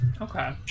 Okay